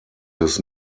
his